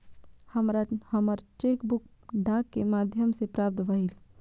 हमरा हमर cheque book डाक के माध्यम से प्राप्त भईल